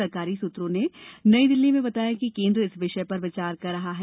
सरकारी सुत्रों ने नई दिल्ली में बताया कि केंद्र इस विषय पर विचार कर रहा है